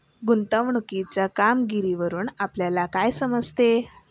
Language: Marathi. गुंतवणुकीच्या कामगिरीवरून आपल्याला काय समजते?